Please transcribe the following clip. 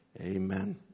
Amen